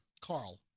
Carl